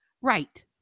right